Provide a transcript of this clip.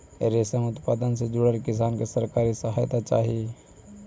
रेशम उत्पादन से जुड़ल किसान के सरकारी सहायता चाहि